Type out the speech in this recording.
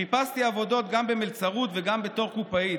חיפשתי עבודות גם במלצרות וגם בתור קופאית,